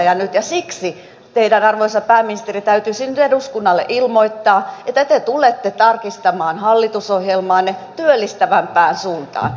ja siksi teidän arvoisa pääministeri täytyisi nyt eduskunnalle ilmoittaa että te tulette tarkistamaan hallitusohjelmaanne työllistävämpään suuntaan